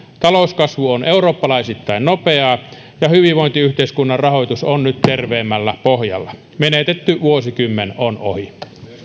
talouskasvu on eurooppalaisittain nopeaa ja hyvinvointiyhteiskunnan rahoitus on nyt terveemmällä pohjalla menetetty vuosikymmen on ohi